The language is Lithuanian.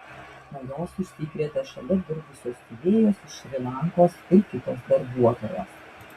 nuo jos užsikrėtė šalia dirbusios siuvėjos iš šri lankos ir kitos darbuotojos